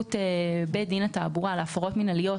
לסמכות בית דין לתעבורה להפרות מינהליות